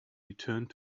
returned